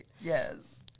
Yes